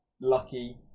lucky